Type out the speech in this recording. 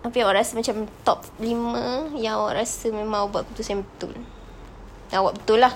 okay yang awak rasa macam top lima yang memang awak rasa awak buat keputusan yang betul yang awak betul lah